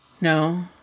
No